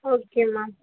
okay ma'am